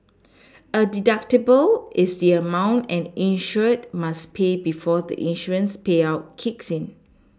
a deductible is the amount an insured must pay before the insurance payout kicks in